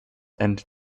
and